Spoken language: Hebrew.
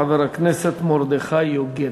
חבר הכנסת מרדכי יוגב.